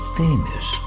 famous